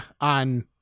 on